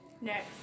Next